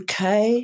UK